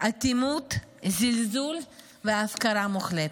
מקבלים אטימות, זלזול והפקרה מוחלטת.